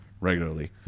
regularly